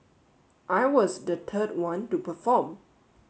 I was the third one to perform